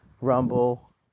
Rumble